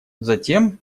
затем